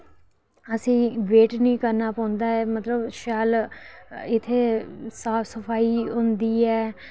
असेंगी वेट निं करना पौंदा ऐ मतलब शैल इत्थें साफ सफाई होंदी ऐ